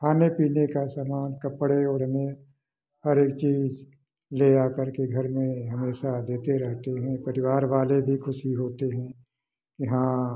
खाने पीने का सामान कपड़े ओढ़ने हर एक चीज ले जाकर के घर में हमेशा देते रहते हैं परिवार वाले भी खुशी होते हैं यहाँ